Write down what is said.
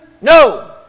No